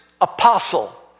apostle